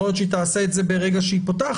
יכול להיות שהיא תעשה את זה ברגע שהיא פותחת,